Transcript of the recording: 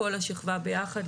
כל השכבה ביחד,